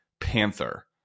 panther